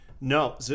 No